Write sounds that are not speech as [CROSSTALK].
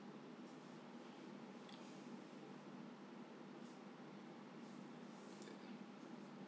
[NOISE] [NOISE]